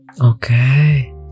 Okay